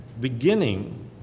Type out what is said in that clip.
beginning